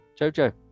jojo